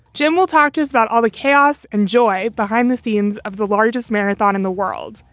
jim will talk to us about all the chaos and joy behind the scenes of the largest marathon in the world.